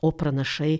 o pranašai